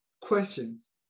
questions